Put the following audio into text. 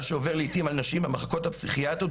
שעובר לעיתים על נשים במחלקות הפסיכיאטריות,